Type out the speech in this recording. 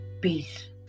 peace